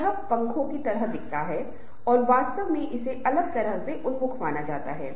आमतौर पर लोग सोचते हैं कि समूह और टीम एक तरह से उपयोग हो सकता हैं